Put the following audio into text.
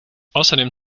außerdem